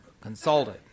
consulted